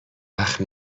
وقت